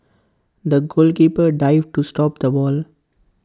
the goalkeeper dived to stop the ball